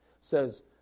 says